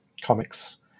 comics